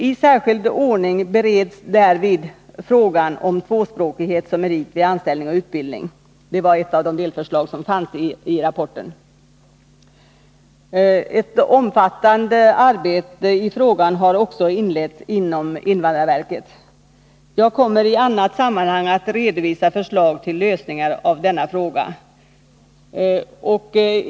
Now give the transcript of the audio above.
I särskild ordning bereds därvid frågan om tvåspråkigheten som merit vid anställning och utbildning. Det är ett av de delförslag som finns i rapporten. Ett omfattande arbete i frågan har också inletts inom invandrarverket. Jag kommer i annat sammanhang att redovisa förslag till lösningar på denna fråga.